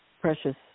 precious